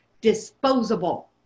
disposable